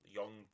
young